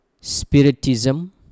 spiritism